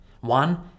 One